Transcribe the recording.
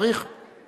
היו"ר